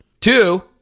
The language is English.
Two